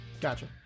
Gotcha